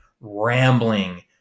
rambling